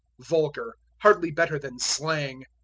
vulgar hardly better than slang.